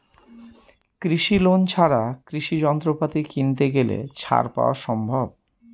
কৃষি লোন ছাড়া কৃষি যন্ত্রপাতি কিনতে গেলে ছাড় পাওয়া সম্ভব?